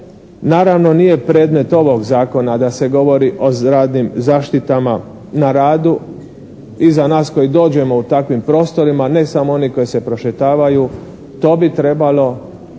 Naravno nije predmet ovog zakona da se govori o zaštitama na radu. I za nas koji dođemo u takvim prostorima ne samo oni koji se prošetavaju to bi trebalo